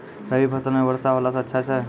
रवी फसल म वर्षा होला से अच्छा छै?